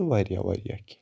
تہٕ واریاہ واریاہ کینٛہہ